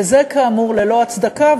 וזה כאמור ללא הצדקה,